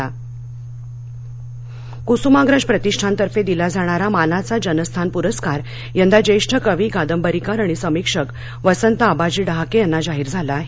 जनस्थान कुसुमाग्रज प्रतिष्ठानतर्फे दिला जाणारा मानाचा जनस्थान पुरस्कार यंदा जेष्ठ कवी कादंबरीकार आणि समीक्षक वसंत आबाजी डहाके यांना जाहीर झाला आहे